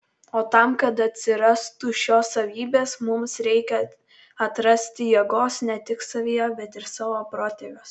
o tam kad atsirastų šios savybės mums reikia atrasti jėgos ne tik savyje bet ir savo protėviuose